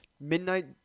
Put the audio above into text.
Midnight